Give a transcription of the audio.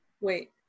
wait